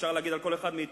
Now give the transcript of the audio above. אפשר להגיד על כל אחד מאתנו,